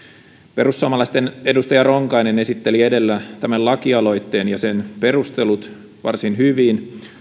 perussuomalaisten edustaja ronkainen esitteli edellä tämän lakialoitteen ja sen perustelut varsin hyvin